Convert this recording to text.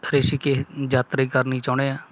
ਰਿਸ਼ੀਕੇਸ਼ ਯਾਤਰਾ ਕਰਨੀ ਚਾਹੁੰਦੇ ਹਾਂ